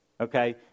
Okay